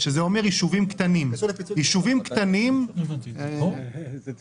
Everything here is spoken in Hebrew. רק השאלה אם זה בחוק הזה או זה